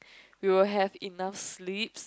you will have enough sleep